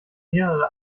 mehrere